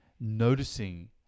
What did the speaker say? noticing